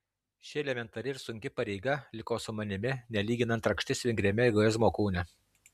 ši elementari ir sunki pareiga liko su manimi nelyginant rakštis vingriame egoizmo kūne